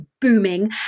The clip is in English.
booming